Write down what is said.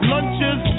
Lunches